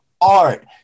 art